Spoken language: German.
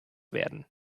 werden